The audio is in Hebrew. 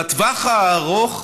בטווח הארוך,